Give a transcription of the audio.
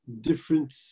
different